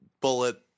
Bullet